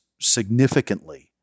significantly